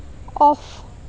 off